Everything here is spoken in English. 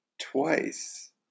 twice